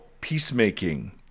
peacemaking